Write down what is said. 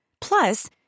Plus